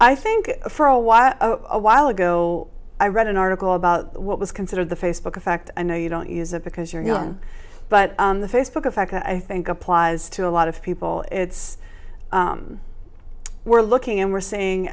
i think for a while a while ago i read an article about what was considered the facebook effect i know you don't use it because you're young but the facebook effect i think applies to a lot of people it's we're looking and we're saying